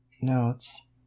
Notes